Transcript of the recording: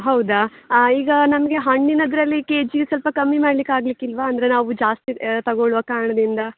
ಹೌದಾ ಈಗ ನನಗೆ ಹಣ್ಣಿನದರಲ್ಲಿ ಕೆಜಿಗೆ ಸ್ವಲ್ಪ ಕಮ್ಮಿ ಮಾಡ್ಲಿಕ್ಕೆ ಆಗಲಿಕ್ಕಿಲ್ವಾ ಅಂದರೆ ನಾವು ಜಾಸ್ತಿ ತಗೊಳ್ಳುವ ಕಾರಣದಿಂದ